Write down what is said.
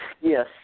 Yes